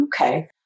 Okay